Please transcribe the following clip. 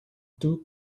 two